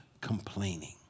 complaining